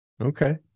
Okay